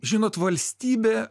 žinot valstybė